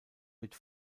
mit